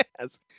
Yes